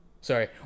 Sorry